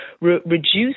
reduce